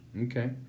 Okay